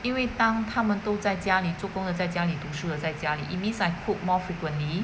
因为当他们都在家里做工了在家里读书了在家里 it means I cook more frequently